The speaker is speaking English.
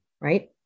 Right